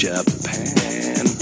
Japan